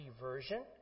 version